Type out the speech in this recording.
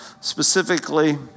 specifically